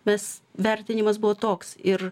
nes vertinimas buvo toks ir